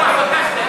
הוא תקוע בקסטל.